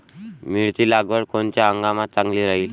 मिरची लागवड कोनच्या हंगामात चांगली राहीन?